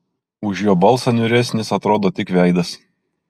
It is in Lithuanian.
už jo balsą niauresnis atrodo tik veidas